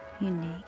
unique